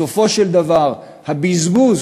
בסופו של דבר הבזבוז